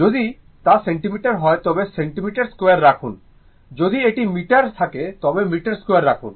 যদি তা centimeter হয় তবে centimeter 2 রাখুন যদি এটি meter থাকে তবে meter 2 রাখুন